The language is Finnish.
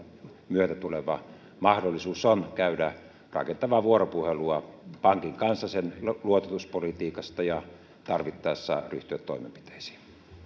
myötä tuleva mahdollisuus käydä rakentavaa vuoropuhelua pankin kanssa sen luototuspolitiikasta ja tarvittaessa ryhtyä toimenpiteisiin